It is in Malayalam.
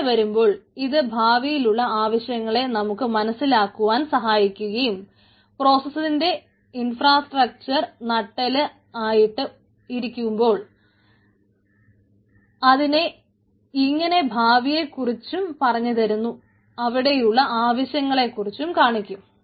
അങ്ങനെ വരുമ്പോൾ ഇത് ഭാവിയിലുള്ള ആവശ്യങ്ങളെ നമുക്ക് മനസ്സിലാക്കുവാൻ സഹായിക്കുകയും പ്രോസ്സസറിന്റെ ഇൻഫ്രാസ്ട്രക്ചർ നട്ടെല്ല് ആയിട്ട് ഇരിക്കുമ്പോൾ അതിനെ ഇങ്ങനെ ഭാവിയെ കുറിച്ചും പറഞ്ഞു തരുന്നു അവിടെയുള്ള ആവശ്യങ്ങളെ കുറിച്ചും കാണിക്കും